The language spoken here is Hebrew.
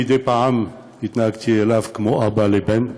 מדי פעם התנהגתי אליו כמו אבא לבן,